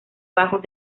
bajos